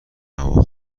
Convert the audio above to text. هوا